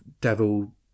devil